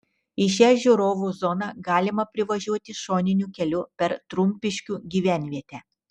į šią žiūrovų zoną galima privažiuoti šoniniu keliu per trumpiškių gyvenvietę